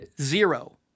zero